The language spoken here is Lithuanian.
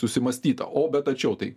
susimąstyta o bet tačiau tai